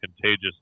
contagious